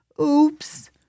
oops